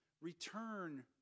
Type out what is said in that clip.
Return